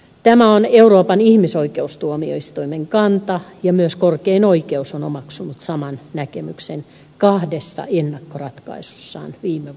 tämä on euroopan ihmisoikeustuomioistuimen kanta ja myös korkein oikeus on omaksunut saman näkemyksen kahdessa ennakkoratkaisussaan viime vuonna